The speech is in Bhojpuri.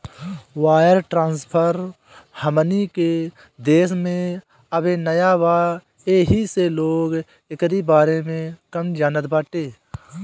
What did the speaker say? वायर ट्रांसफर हमनी के देश में अबे नया बा येही से लोग एकरी बारे में कम जानत बाटे